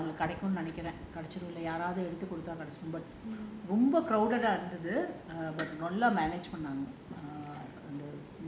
அதுநால தெரில அவங்களுக்கு கிடசுருன்னு நினைக்குறேன் யாராவது எடுத்து குடுத்தா கிடைச்சுரும் ரொம்ப:athunaala terila avangalakku kidachurunu ninaikuraen yaaravathu eduthu kudutha romba crowded இருந்தது ஆனா நல்லா பண்ணாங்க:irunthathu aana nallaa pannaanga